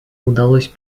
удалось